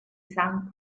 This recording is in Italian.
san